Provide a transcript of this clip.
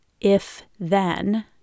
if-then-